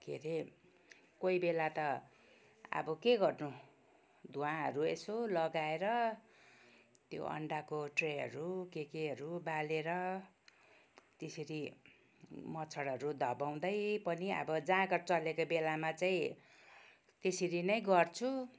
के अरे कोही बेला त अब के गर्नु धुवाँहरू यसो लगाएर त्यो अन्डाको ट्रेहरू के केहरू बालेर त्यसरी मच्छडहरू धपाँउदै पनि अब जाँगर चलेको बेलामा चाहिँ त्यसरी नै गर्छु